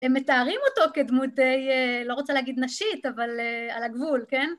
הם מתארים אותו כדמות דיי... לא רוצה להגיד נשית, אבל על הגבול, כן?